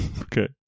Okay